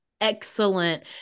excellent